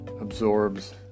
absorbs